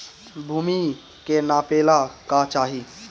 भूमि के नापेला का चाही?